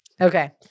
Okay